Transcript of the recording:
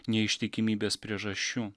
neištikimybės priežasčių